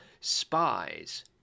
spies